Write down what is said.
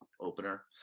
opener